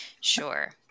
Sure